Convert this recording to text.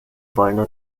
wollen